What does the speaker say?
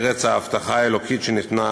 ארץ ההבטחה האלוקית שניתנה